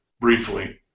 briefly